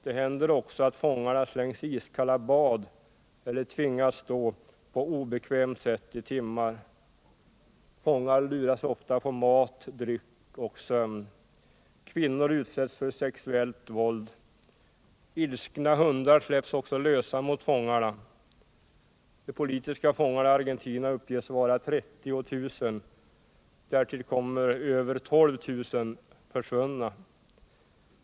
Det händer också att fångarna slängs i iskalla bad eller tvingas stå på obekvämt sätt i timmar. Fångar luras ofta på mat, dryck och sömn. Kvinnor utsätts för sexuellt våld. Ilskna hundar släpps också lösa mot fångarna. De politiska fångarna i Argentina uppges vara 30 000. Därtill kommer över 12 000 ”försvunna”.